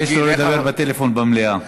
אני מבקש לא לדבר בטלפון במליאה.